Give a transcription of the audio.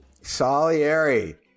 Solieri